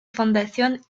fundación